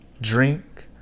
drink